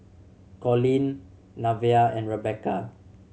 Colleen Nevaeh and Rebecca